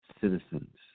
citizens